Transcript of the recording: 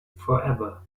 forever